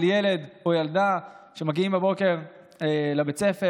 של ילד או ילדה שמגיעים בבוקר לבית ספר